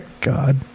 god